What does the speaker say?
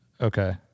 Okay